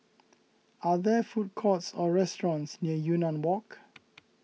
are there food courts or restaurants near Yunnan Walk